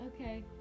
okay